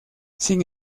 sin